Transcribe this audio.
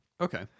Okay